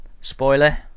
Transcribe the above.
Spoiler